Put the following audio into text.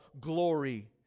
glory